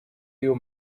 you